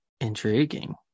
Intriguing